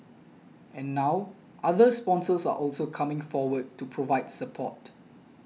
and now other sponsors are also coming forward to provide support